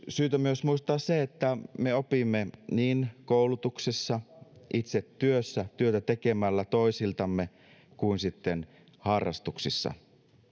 syytä myös muistaa se että me opimme niin koulutuksessa itse työssä työtä tekemällä toisiltamme kuin harrastuksissa